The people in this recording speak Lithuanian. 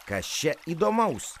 kas čia įdomaus